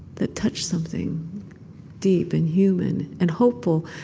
that touch something deep and human and hopeful.